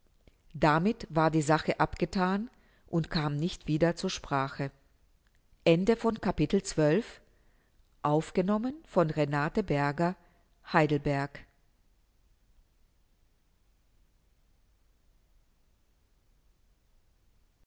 damit war die sache abgethan und kam nicht wieder zur sprache